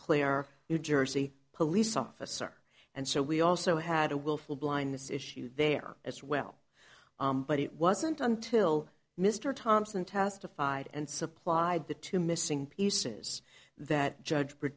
claire new jersey police officer and so we also had a willful blindness issue there as well but it wasn't until mr thompson testified and supplied the two missing pieces that judge